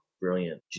brilliant